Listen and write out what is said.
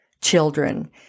children